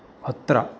अत्र